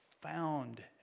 found